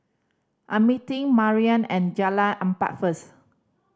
I am meeting Mariann at Jalan Empat first